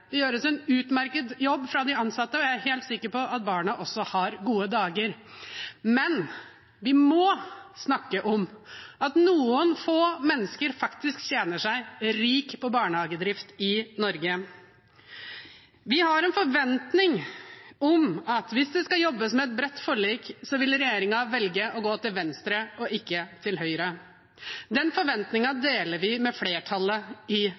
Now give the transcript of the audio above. Det gjøres en utmerket jobb av de ansatte, og jeg er helt sikker på at barna også har gode dager. Men vi må snakke om at noen få mennesker tjener seg rik på barnehagedrift i Norge. Vi har en forventning om at hvis det skal jobbes med et bredt forlik, vil regjeringen velge å gå til venstre og ikke til høyre. Den forventningen deler vi med flertallet i